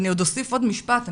אני אוסיף עוד משפט.